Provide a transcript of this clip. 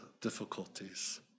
difficulties